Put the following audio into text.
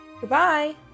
Goodbye